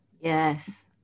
yes